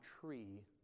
tree